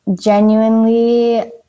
genuinely